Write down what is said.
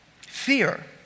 Fear